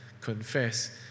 Confess